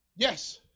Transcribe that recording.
Yes